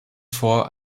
vor